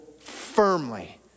firmly